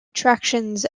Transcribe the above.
attractions